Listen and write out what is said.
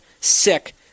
sick